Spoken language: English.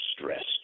stressed